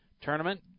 tournament